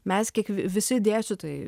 mes kiek visi dėstytojai